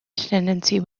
tendency